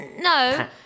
No